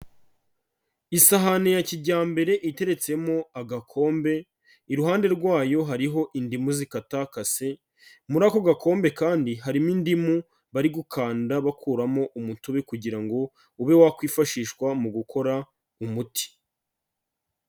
Isahani ya kijyambere iteretsemo agakombe, iruhande rwayo hariho indimu zikatakakase, muri ako gakombe kandi harimo indimu bari gukanda bakuramo umutobe kugira ngo ube wakwifashishwa mu gukora umuti.